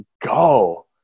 go